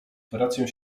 operację